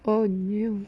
oh no